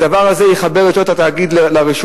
הדבר הזה יחבר יותר את התאגיד לרשות,